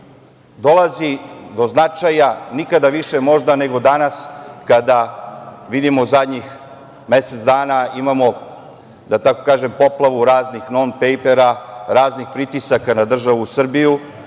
dolazi do značaja nikada više možda nego danas, kada vidimo zadnjih mesec dana imamo, da tako kažem, poplavu raznih non pejpera, raznih pritisaka na državu Srbiju,